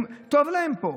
טוב להם פה.